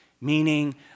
Meaning